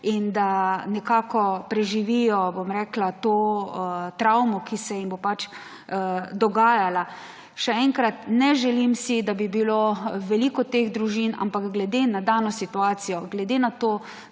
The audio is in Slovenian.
in da nekako preživijo to travmo, ki se jim bo pač dogajala. Še enkrat, ne želim si, da bi bilo veliko teh družin, ampak glede na dano situacijo, glede na to,